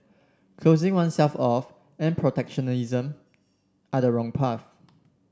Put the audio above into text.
closing oneself off and protectionism are the wrong path